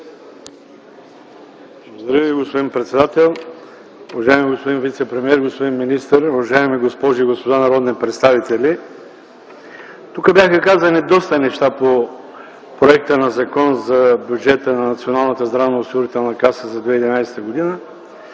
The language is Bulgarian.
Ви, господин председател. Уважаеми господин вицепремиер, уважаеми господин министър, уважаеми госпожи и господа народни представители! Тук бяха казани доста неща по проекта на Закон за бюджета на Националната здравноосигурителна каса за 2011 г., аз